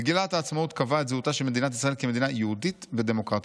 "מגילת העצמאות קבעה את זהותה של מדינת ישראל כמדינה יהודית ודמוקרטית.